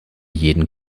jeden